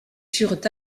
furent